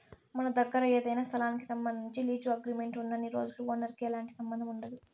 మన దగ్గర ఏదైనా స్థలానికి సంబంధించి లీజు అగ్రిమెంట్ ఉన్నన్ని రోజులు ఓనర్ కి ఎలాంటి సంబంధం ఉండదు